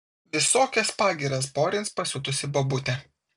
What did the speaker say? visokias pagyras porins pasiutusi bobutė